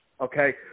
okay